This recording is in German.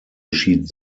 geschieht